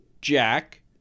Jack